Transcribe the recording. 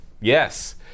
Yes